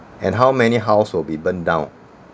and how many house will be burnt down